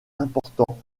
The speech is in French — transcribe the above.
importants